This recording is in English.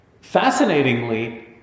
Fascinatingly